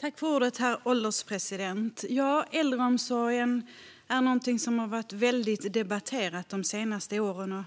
Herr ålderspresident! Äldreomsorgen är något som har varit väldigt debatterat de senaste åren och